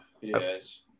yes